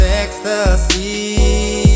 ecstasy